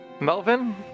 Melvin